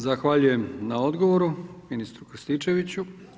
Zahvaljujem na odgovoru ministru Krstičeviću.